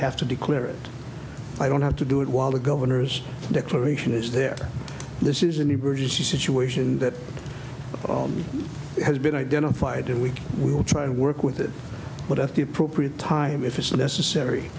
to declare it i don't have to do it while the governors declaration is there this is an emergency situation that has been identified two weeks we will try to work with it but at the appropriate time if it's necessary